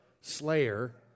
Slayer